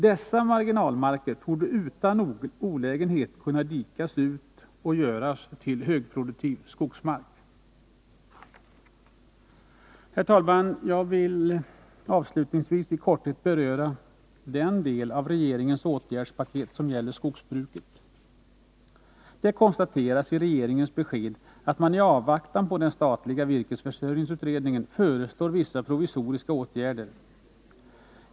Dessa marginalmarker torde utan olägenhet kunna dikas ut och göras till högproduktiv skogsmark. Herr talman! Jag vill avslutningsvis i korthet beröra den del i regeringens åtgärdspaket som gäller skogsbruket. Det konstateras i regeringens besked att man i avvaktan på den statliga virkesförsörjningsutredningen föreslår vissa provisoriska åtgärder.